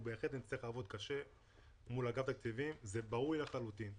בהחלט אנחנו נצטרך לעבוד קשה מול אגף התקציבים וזה ברור לי לחלוטין.